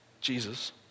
Jesus